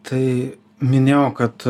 tai minėjau kad